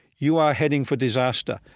you are heading for disaster.